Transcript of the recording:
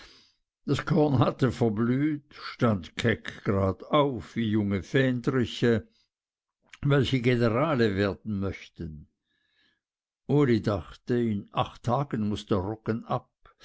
das korn hatte verblüht stand keck gradauf wie junge fähndriche welche generale werden möchten uli dachte in acht tagen muß der roggen ab